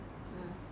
mm